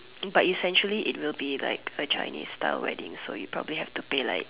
but essentially it will be like a Chinese style wedding so you probably have to pay like